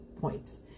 points